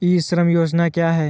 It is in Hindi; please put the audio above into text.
ई श्रम योजना क्या है?